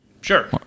Sure